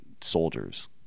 soldiers